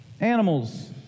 Animals